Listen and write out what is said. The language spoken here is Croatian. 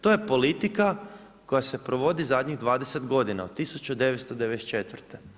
To je politika koja se provodi zadnjih 20 godina, od 1994.